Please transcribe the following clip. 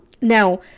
Now